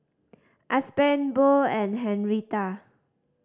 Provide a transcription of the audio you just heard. Aspen Bo and Henrietta